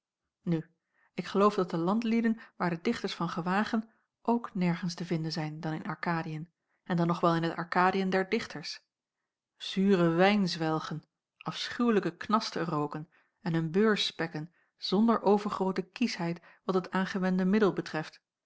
nu ik geloof dat de landlieden waar de dichters van gewagen ook nergens te vinden zijn dan in arkadiën en dat nog wel in het arkadiën der dichters zuren wijn zwelgen afschuwlijken knaster rooken en hun beurs spekken zonder overgroote kiesheid wat het aangewende middel betreft